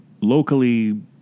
locally